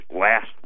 last